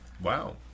Wow